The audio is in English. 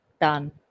Done